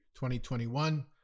2021